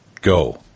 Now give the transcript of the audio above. Go